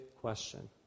question